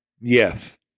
Yes